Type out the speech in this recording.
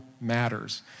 matters